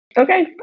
Okay